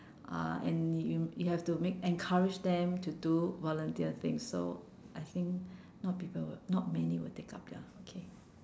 uh and you you have to make encourage them to do volunteer things so I think not people will not many will take up ya okay